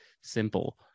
simple